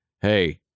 hey